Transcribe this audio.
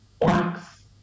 quacks